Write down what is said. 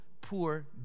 poor